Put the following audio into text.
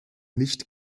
nicht